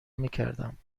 میکردم